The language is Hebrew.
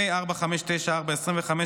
פ/4594/25,